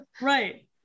Right